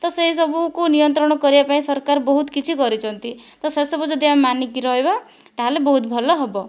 ତ' ସେଇ ସବୁକୁ ନିୟନ୍ତ୍ରଣ କରିବା ପାଇଁ ସରକାର ବହୁତ କିଛି କରିଛନ୍ତି ତ' ସେସବୁ ଯଦି ଆମେ ମାନିକି ରହିବା ତା'ହେଲେ ବହୁତ ଭଲ ହେବ